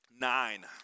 Nine